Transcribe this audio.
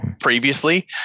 previously